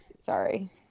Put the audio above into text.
sorry